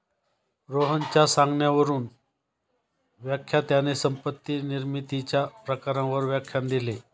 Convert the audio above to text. रोहनच्या सांगण्यावरून व्याख्यात्याने संपत्ती निर्मितीच्या प्रकारांवर व्याख्यान दिले